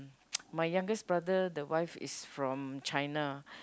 my youngest brother the wife is from China